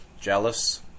jealous